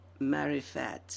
Marifat